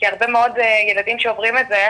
כי הרבה מאוד ילדים שעוברים את זה,